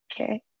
okay